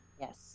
Yes